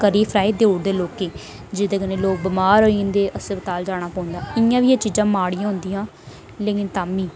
करी फ्राई देई ओङदे लोकें गी जेहदे कन्नै लोक बमार होई जंदे हस्पताल जाना पौंदा इयां बी एह् चीजां माड़ियां होंदियां लेकिन तां बी